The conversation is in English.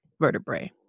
vertebrae